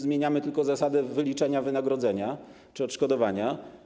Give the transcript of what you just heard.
Zmieniamy tylko zasadę wyliczania wynagrodzenia czy odszkodowania.